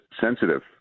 sensitive